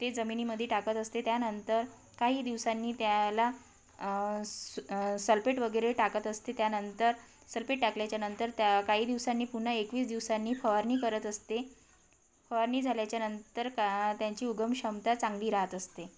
ते जमिनीमध्ये टाकत असते त्यानंतर काही दिवसांनी त्याला स सलपेट वगैरे टाकत असते त्यानंतर सलपेट टाकल्याच्यानंतर त्या काही दिवसांनी पुन्हा एकवीस दिवसांनी फवारणी करत असते फवारणी झाल्याच्यानंतर का त्यांची उगम क्षमता चांगली राहत असते